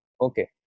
Okay